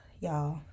y'all